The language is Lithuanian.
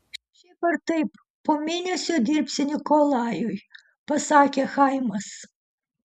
šiaip ar taip po mėnesio dirbsi nikolajui pasakė chaimas